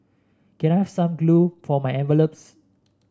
can I have some glue for my envelopes